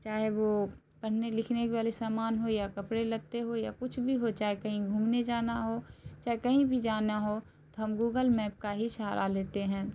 چاہے وہ پڑھنے لکھنے والے سامان ہوں یا کپڑے لتے ہوں یا کچھ بھی ہو چاہے کہیں گھومنے جانا ہو چاہے کہیں بھی جانا ہو تو ہم گوگل میپ کا ہی سہارا لیتے ہیں